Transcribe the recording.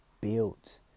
Built